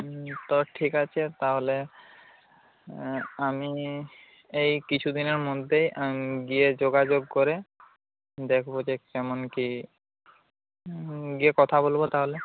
হুম তো ঠিক আছে তাহলে আমি এই কিছুদিনের মধ্যে গিয়ে যোগাযোগ করে দেখবো যে কেমন কি গিয়ে কথা বলবো তাহলে